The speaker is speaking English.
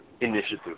initiative